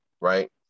right